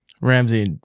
Ramsey